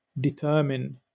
determine